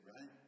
right